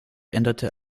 änderte